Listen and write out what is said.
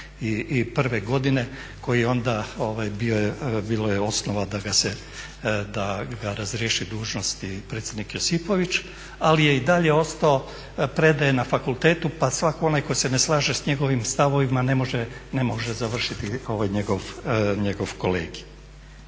'91. godine koji je onda, bilo je osnova da ga razriješi dužnosti predsjednik Josipović ali je i dalje ostao, predaje na fakultetu pa svak onaj tko se ne slaže sa njegovim stavovima ne može završiti njegov kolegij.